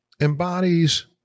embodies